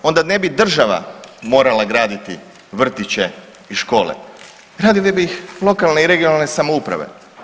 Onda ne bi država morala graditi vrtiće i škole, radile bi ih lokalne i regionalne samouprave.